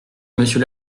monsieur